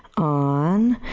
on